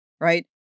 Right